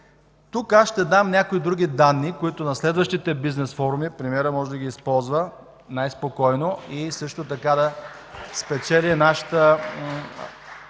Тук аз ще дам някои други данни, които на следващите бизнес форуми премиерът може да ги използва най-спокойно и също така да спечели нашата